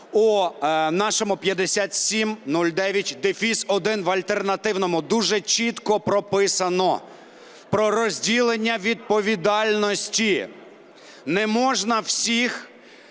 у нашому 5709-1, в альтернативному, дуже чітко прописано про розділення відповідальності. Не можна всіх